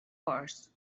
course